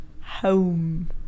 home